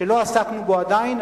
שלא עסקנו בו עדיין.